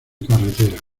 carretera